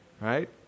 Right